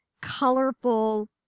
colorful